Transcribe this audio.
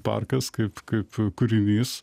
parkas kaip kaip kūrinys